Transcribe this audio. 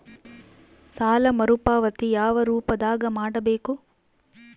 ಸಾಲ ಮರುಪಾವತಿ ಯಾವ ರೂಪದಾಗ ಮಾಡಬೇಕು?